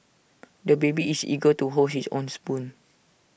the baby is eager to hold his own spoon